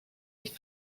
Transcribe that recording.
nicht